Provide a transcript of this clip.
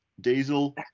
Diesel